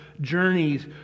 journeys